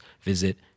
visit